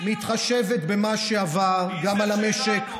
מתחשבת במה שעבר גם על המשק,